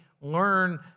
learn